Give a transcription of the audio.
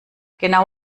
genau